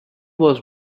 was